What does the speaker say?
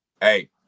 Hey